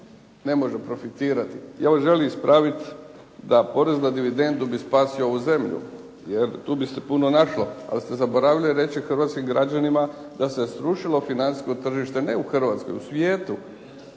ne može profitirati. Ja želim ispraviti da porez na dividendu bi spasio ovu zemlju jer tu bi se puno našlo, ali ste zaboravili reći hrvatskim građanima da se srušilo financijsko tržište, ne u Hrvatskoj, u svijetu.